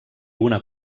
una